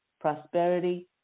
prosperity